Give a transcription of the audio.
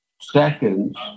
seconds